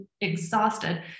exhausted